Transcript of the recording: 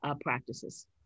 practices